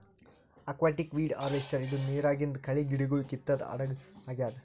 aquatic weed harvester ಇದು ನಿರಾಗಿಂದ್ ಕಳಿ ಗಿಡಗೊಳ್ ಕಿತ್ತದ್ ಹಡಗ್ ಆಗ್ಯಾದ್